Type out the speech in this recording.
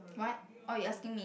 what orh you asking me